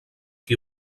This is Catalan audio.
qui